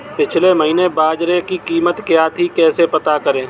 पिछले महीने बाजरे की कीमत क्या थी कैसे पता करें?